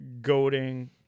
goading